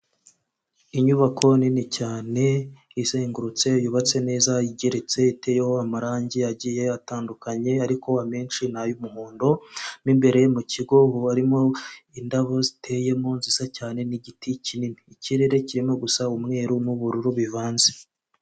Inyubako nini cyane izengurutse, yubatse neza, igeretse, iteyeho amarangi agiye atandukanye, ariko amenshi ni ay'umuhondo, mo imbere mu kigo harimo indabo ziteyemo nziza cyane, n'igiti kinini, ikirere kirimo gusa umweru n'ubururu bivanze.